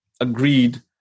agreed